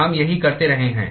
हम यही करते रहे हैं